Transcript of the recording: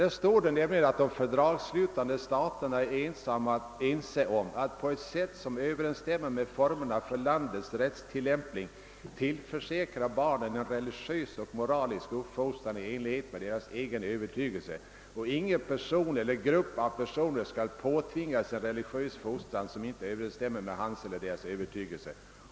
Där står det att fördragsslutande stater är ense om »att på ett sätt som överensstämmer med formerna för landets rättstillämpning tillförsäkra barnen en religiös och moralisk uppfostran i enlighet med deras egen övertygelse; och ingen person eller grupp av personer skall påtvingas en religiös fostran som inte överensstämmer med hans eller deras övertygelse;».